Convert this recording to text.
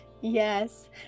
Yes